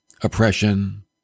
oppression